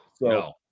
No